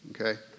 Okay